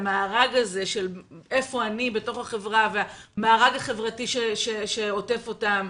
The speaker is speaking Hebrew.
המארג הזה של איפה אני בתוך החברה והמארג החברתי שעוטף אותם.